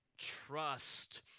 trust